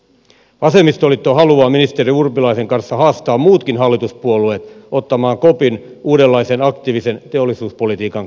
vasemmistoliitto haluaa ministeri urpilaisen kanssa haastaa muutkin hallituspuolueet ottamaan kopin uudenlaisen aktiivisen teollisuuspolitiikan kehittämisestä